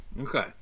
Okay